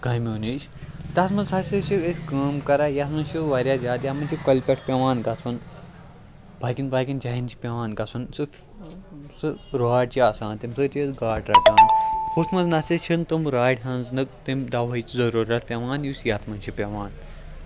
کامیو نِش تَتھ مَنٛز ہَسا چھِ أسۍ کٲم کَران یَتھ مَنٛز چھُ واریاہ زیادٕ یَتھ مَنٛز چھُ کۄلہِ پیٹھ پیٚوان گَژھُن باقَیَن باقیَن جایَن چھُ پیٚوان گَژھُن سُہ راڈ چھِ آسان تمہِ سۭتۍ چھِ أسۍ گاڈٕ رَٹان ہُتھ مَنٛز نَسا چھِنہٕ تِم راڈِ ہٕنٛز نہٕ تمہِ دَوہٕچ ضرورَت پیٚوان کینٛہہ یُس یَتھ مَنٛز چھِ پیٚوان